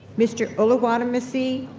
mr. oluwadamisi,